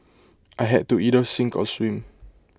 I had to either sink or swim